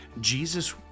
Jesus